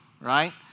right